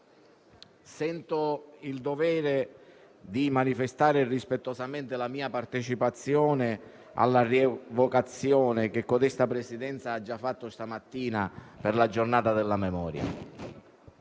sento il dovere di manifestare rispettosamente la mia partecipazione alla rievocazione, che la Presidenza ha fatto stamattina, per la Giornata della memoria.